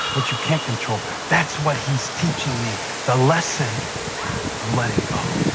what you can't control. that's what he's teaching me the lesson of letting go.